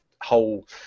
whole